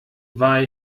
war